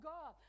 God